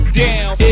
down